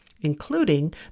including